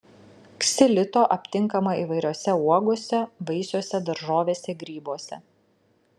ksilito aptinkama įvairiose uogose vaisiuose daržovėse grybuose